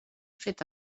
fet